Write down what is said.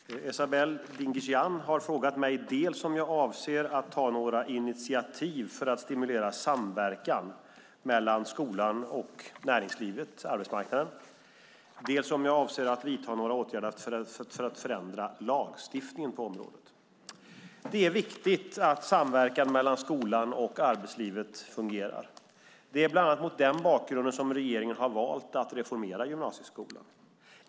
Herr talman! Esabelle Dingizian har frågat mig dels om jag avser att ta några initiativ för att stimulera samverkan mellan skolan och näringslivet/arbetsmarknaden, dels om jag avser att vidta några åtgärder för att förändra lagstiftningen på området. Det är viktigt att samverkan mellan skolan och arbetslivet fungerar. Det är bland annat mot denna bakgrund som regeringen har valt att reformera gymnasieskolan.